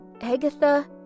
Agatha